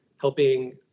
helping